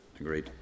Agreed